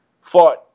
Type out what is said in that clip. fought